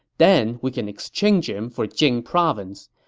then we can exchange him for jing province.